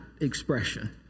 expression